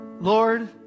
Lord